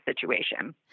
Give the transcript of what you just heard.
situation